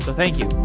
thank you.